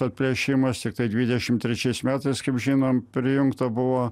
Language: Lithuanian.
atplėšimas tiktai dvidešimt trečiais metais kaip žinom prijungta buvo